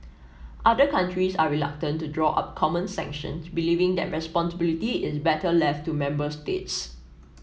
other countries are reluctant to draw up common sanctions believing that responsibility is better left to member states